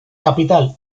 capital